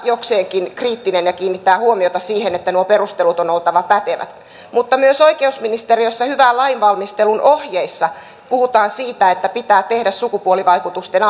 jokseenkin kriittinen ja kiinnittää huomiota siihen että noiden perusteluiden on oltava pätevät mutta myös oikeusministeriössä hyvän lainvalmistelun ohjeissa puhutaan siitä että pitää tehdä sukupuolivaikutusten